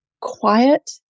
quiet